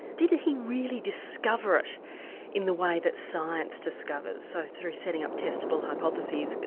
did he really discover it in the way that science discovers so through setting up testable hypotheses,